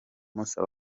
amusaba